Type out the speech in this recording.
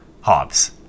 Hobbes